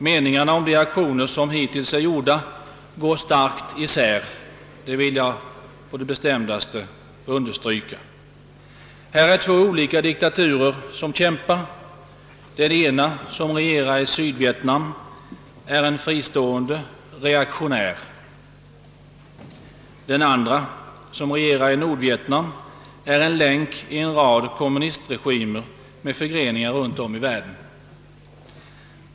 Meningarna om de aktioner som hittills gjorts går ju starkt isär — det vill jag kraftigt understryka. Här är det två olika diktaturer som kämpar. Den ena, som regerar i Sydvietnam, är en fristående, reaktionär diktatur, den andra, som regerar i Nordvietnam, är en länk i en rad kommunistregimer med förgreningar runtom i världen.